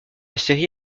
série